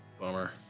Bummer